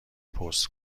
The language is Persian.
پست